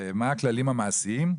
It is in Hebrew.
ומה הכללים המעשיים?